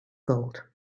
gold